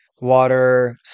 Water